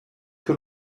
que